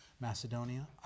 Macedonia